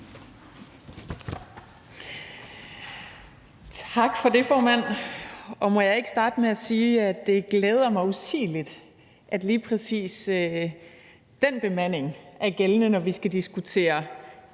Tak for det, formand. Må jeg ikke starte med at sige, at det glæder mig usigeligt, at lige præcis den bemanding er gældende, når vi skal diskutere